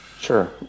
Sure